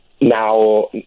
now